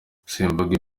simvuga